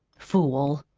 fool!